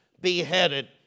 beheaded